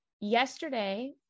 Yesterday